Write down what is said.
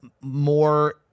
more